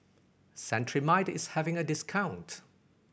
Cetrimide is having a discount